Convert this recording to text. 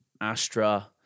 Astra